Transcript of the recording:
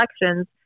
elections